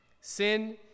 Sin